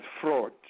fraud